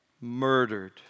murdered